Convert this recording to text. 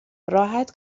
راحت